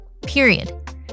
period